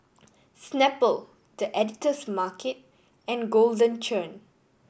Snapple The Editor's Market and Golden Churn